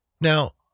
Now